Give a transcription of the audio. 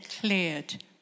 cleared